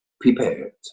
prepared